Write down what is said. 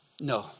No